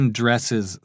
dresses